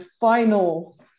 final